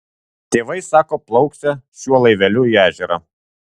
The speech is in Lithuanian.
tėvai sako plauksią šiuo laiveliu į ežerą